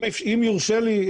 אם יורשה לי,